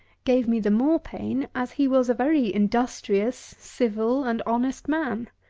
gave me the more pain, as he was a very industrious, civil, and honest man.